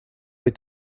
est